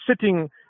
sitting